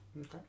Okay